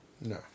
No